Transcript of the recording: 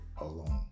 alone